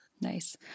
Nice